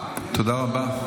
תודה רבה.